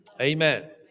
Amen